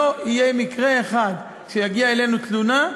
לא יהיה מקרה אחד שתגיע אלינו תלונה,